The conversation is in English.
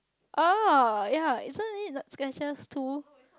oh ya isn't this Skechers too